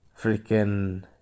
freaking